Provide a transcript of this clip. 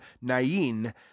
nain